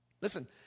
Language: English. Listen